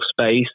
space